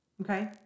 Okay